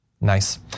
Nice